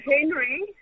Henry